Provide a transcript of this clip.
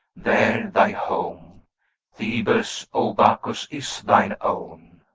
there thy home thebes, o bacchus, is thine own.